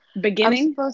Beginning